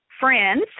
Friends